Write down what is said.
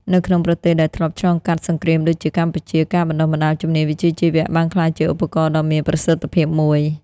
នៅក្នុងប្រទេសដែលធ្លាប់ឆ្លងកាត់សង្គ្រាមដូចជាកម្ពុជា ការបណ្តុះបណ្តាលជំនាញវិជ្ជាជីវៈបានក្លាយជាឧបករណ៍ដ៏មានប្រសិទ្ធភាពមួយ។